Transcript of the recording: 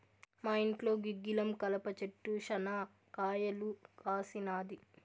మా ఇంట్లో గుగ్గిలం కలప చెట్టు శనా కాయలు కాసినాది